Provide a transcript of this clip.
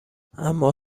اما